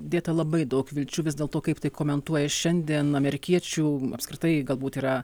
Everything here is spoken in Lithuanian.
dėta labai daug vilčių vis dėlto kaip tai komentuoja šiandien amerikiečių apskritai galbūt yra